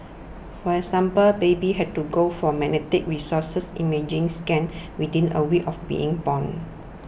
for example babies had to go for magnetic resonance imaging scans within a week of being born